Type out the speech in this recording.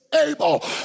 able